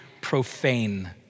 profane